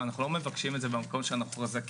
מוריס אומר שהוא לא רוצה את הכסף ואנחנו מסכימים.